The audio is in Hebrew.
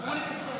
אמרו לקצר.